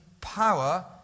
power